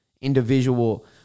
Individual